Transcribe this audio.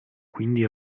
quindi